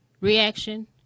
reaction